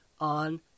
on